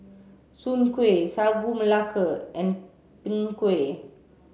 Soon Kway Sagu Melaka and Png Kueh